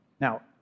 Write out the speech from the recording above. Now